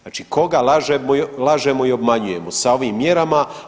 Znači koga lažemo i obmanjujemo sa ovim mjerama?